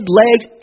legs